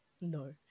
no